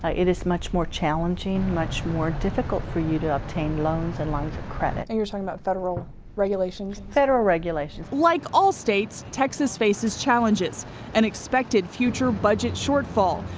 ah it is much more challenging, much more difficult for you to obtain loans and lines of credit. and you're talking about federal regulations? federal regulations. like all states, texas faces challenges an expected future budget shortfall,